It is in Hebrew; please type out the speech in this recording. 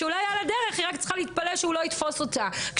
שאולי על הדרך היא רק צריכה להתפלל שהוא לא יתפוס אותה,